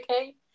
okay